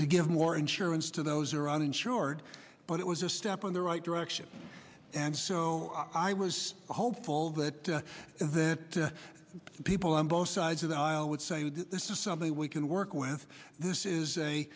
to give more insurance to those are uninsured but it was a step on the right direction and so i was hopeful that that people on both sides of the aisle would say this is something we can work with this is a